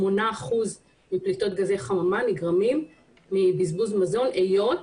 שמונה אחוזים פליטות גזי חממה נגרמים מבזבוז מזון היות